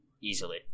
easily